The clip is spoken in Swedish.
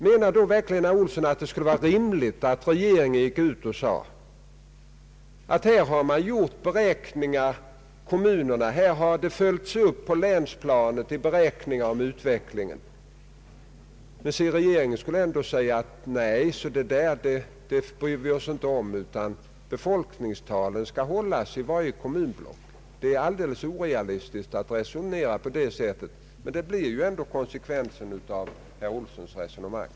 Menar verkligen herr Olsson att det skulle vara rimligt att regeringen skulle säga till kommunerna att den inte bryr sig om de beräkningar i fråga om utvecklingen som har gjorts på länsplanet, utan hävda, att befolkningstalen skall hållas inom varje kommunblock. Det är alldeles orealistiskt att resonera på det sättet, men det blir ju ändå konsekvensen av herr Oissons resonemang.